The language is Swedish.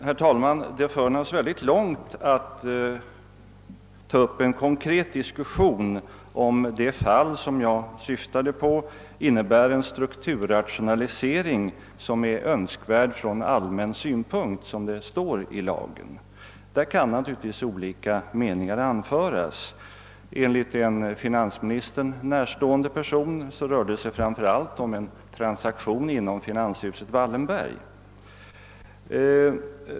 Herr talman! Det för naturligtvis mycket långt att ta upp en konkret diskussion huruvida det fall jag syftade på innebär en strukturrationalisering som är önskvärd från allmän synpunkt, så som det står i lagen. Här kan naturligt vis olika meningar anföras. Enligt en finansministern närstående person rör det sig framför allt om en transaktion inom finanshuset Wallenberg.